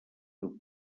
del